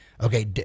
Okay